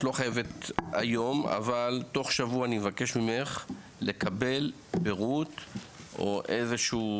את לא חייבת היום אבל תוך שבוע אני מבקש ממך לקבל פירוט או איזושהי